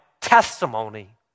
testimony